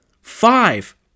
five